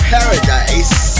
Paradise